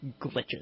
glitches